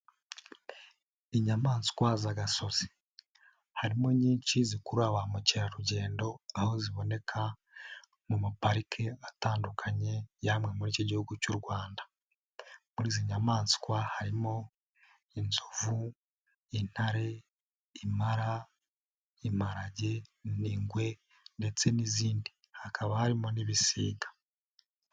Inyamanswa z'agasozi, harimo nyinshi zikurura ba mukerarugendo aho ziboneka mu maparike atandukanye y'amwe muri iki gihugu cy'u Rwanda, muri izi nyamanswa harimo inzovu, intare, impara, imparage n'ingwe ndetse n'izindi, hakaba harimo n'ibisiga.